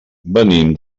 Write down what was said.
venim